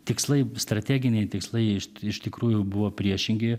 tikslai strateginiai tikslai iš iš tikrųjų buvo priešingi